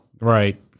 Right